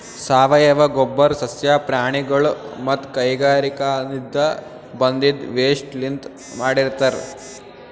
ಸಾವಯವ ಗೊಬ್ಬರ್ ಸಸ್ಯ ಪ್ರಾಣಿಗೊಳ್ ಮತ್ತ್ ಕೈಗಾರಿಕಾದಿನ್ದ ಬಂದಿದ್ ವೇಸ್ಟ್ ಲಿಂತ್ ಮಾಡಿರ್ತರ್